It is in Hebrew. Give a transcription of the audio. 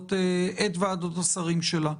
ועדות השרים שלה.